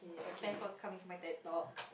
thanks for coming to my Ted Talk